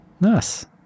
nice